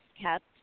kept